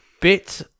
Bit